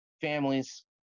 families